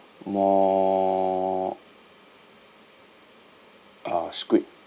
more uh squid